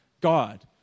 God